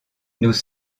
nous